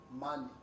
money